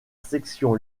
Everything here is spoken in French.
section